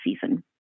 season